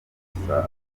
amakosa